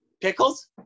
Pickles